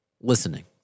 listening